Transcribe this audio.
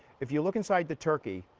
if you look inside the turkey,